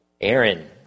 Aaron